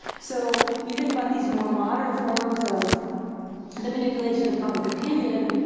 so you think about these more modern forms of the manipulation of public opinion,